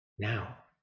now